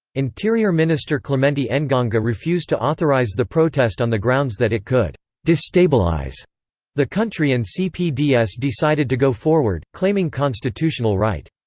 interior minister clemente engonga refused to authorize the protest on the grounds that it could destabilize the country and cpds decided to go forward, claiming constitutional right.